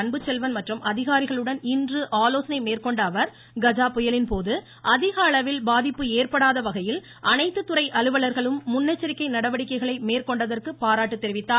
அன்புசெல்வன் மற்றும் அதிகாரிகளுடன் இன்று ஆலோசனை மேற்கொண்ட அவர் கஜா புயலின்போது அதிக அளவில் பாதிப்பு ஏற்படாத வகையில் அனைத்து துறை அலுவலர்களும் முன்னெச்சரிக்கை நடவடிக்கைகளை மேற்கொண்டதற்கு பாராட்டு தெரிவித்தார்